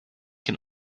can